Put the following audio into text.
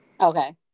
Okay